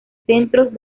centros